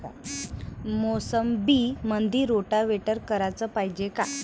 मोसंबीमंदी रोटावेटर कराच पायजे का?